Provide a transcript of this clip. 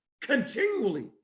continually